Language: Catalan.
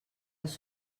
les